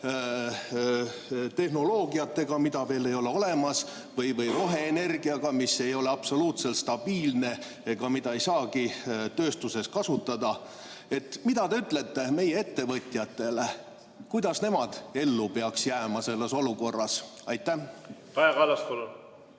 tehnoloogiatega, mida veel ei ole olemas, või roheenergiaga, mis ei ole absoluutselt stabiilne ja mida ei saagi tööstuses kasutada? Mida te ütlete meie ettevõtjatele? Kuidas nemad ellu peaks jääma selles olukorras? Aitäh!